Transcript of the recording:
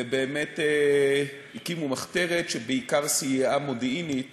ובאמת הקימו מחתרת שבעיקר סייעה מודיעינית